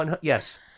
Yes